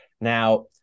Now